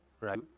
right